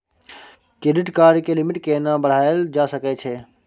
Credit card के limit केना बढायल जा सकै छै?